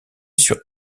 sur